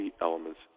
elements